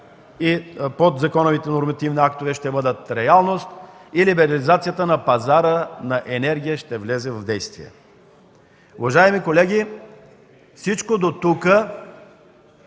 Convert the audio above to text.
и подзаконовите нормативни актове ще бъдат реалност, като либерализацията на пазара на енергия влезе в действие. Уважаеми колеги, всичко казано